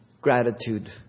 gratitude